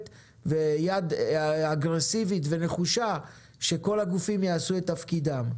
וליד אגרסיבית ונחושה כדי שכל הגופים יעשו את תפקידם.